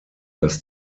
dass